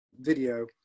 video